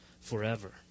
forever